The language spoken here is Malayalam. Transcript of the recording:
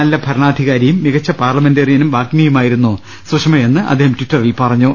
നല്ല ഭരണാധികാരിയും മികച്ച പാർലമെന്റേറി യനും വാഗ്മിയുമായിരുന്നു സുഷമയെന്നും അദ്ദേഹം ടിറ്ററിൽ പറഞ്ഞു